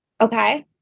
Okay